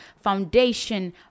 foundation